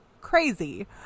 crazy